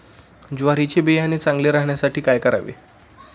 ज्वारीचे बियाणे चांगले राहण्यासाठी काय करावे?